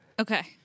Okay